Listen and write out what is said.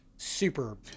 Super